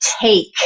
take